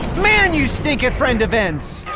man, you stink at friend events.